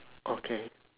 okay